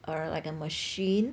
or like a machine